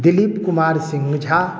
Dilip Kumar Singh Jha